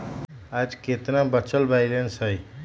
आज केतना बचल बैलेंस हई?